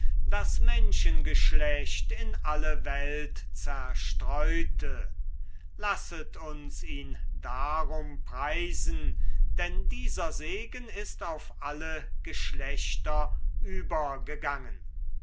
das menschengeschlecht in alle welt zerstreute lasset uns ihn darum preisen denn dieser segen ist auf alle geschlechter übergegangen